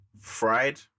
fried